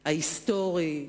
ההיסטורי,